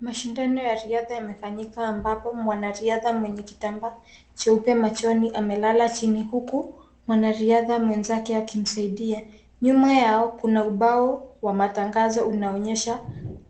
Mashindano ya riadha yamefanyika ambapo mwanariadhaa mwenye kitambaa cheupe machoni amelala chini huku mwanariadha mwenzake akimsaidia, nyuma yao kuna ubao wa matangazo unaoonyesha